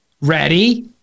Ready